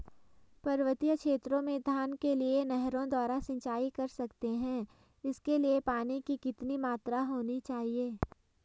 पर्वतीय क्षेत्रों में धान के लिए नहरों द्वारा सिंचाई कर सकते हैं इसके लिए पानी की कितनी मात्रा होनी चाहिए?